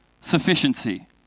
sufficiency